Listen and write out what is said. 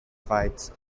fights